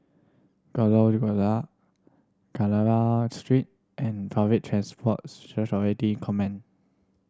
Kandahar Street and Public Transport Command